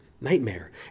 Nightmare